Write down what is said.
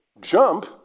jump